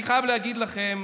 אני חייב להגיד לכם